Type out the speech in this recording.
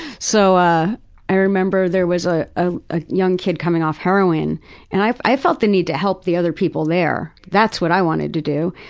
so, i i remember there was a ah ah young kid coming off heroin and i i felt the need to help the other people there. that's what i wanted to do.